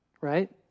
right